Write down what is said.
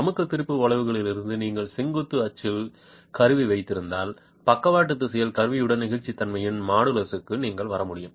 அழுத்த திரிபு வளைவிலிருந்து நீங்கள் செங்குத்து அச்சில் கருவி வைத்திருந்தால் பக்கவாட்டு திசையில் கருவியுடன் நெகிழ்ச்சித்தன்மையின் மாடுலஸுக்கு நீங்கள் வர முடியும்